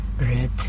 red